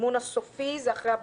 המימון הסופי הוא אחרי הבחירות.